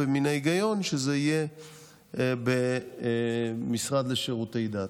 ומן ההיגיון שזה יהיה במשרד לשירותי דת.